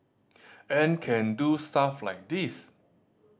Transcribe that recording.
and can do stuff like this